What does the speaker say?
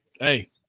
Hey